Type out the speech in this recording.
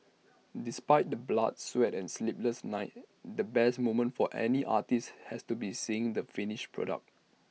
despite the blood sweat and sleepless nights the best moment for any artist has to be seeing the finished product